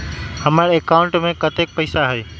हमार अकाउंटवा में कतेइक पैसा हई?